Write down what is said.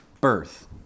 birth